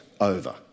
over